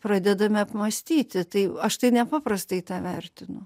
pradedame apmąstyti tai aš tai nepaprastai tą vertinu